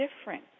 different